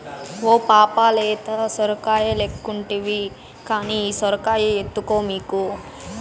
ఓ పాపా లేత సొరకాయలెక్కుంటివి కానీ ఈ సొరకాయ ఎత్తుకో మీకు